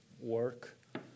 work